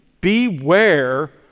Beware